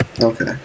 Okay